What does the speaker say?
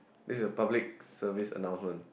this is a public service annoucement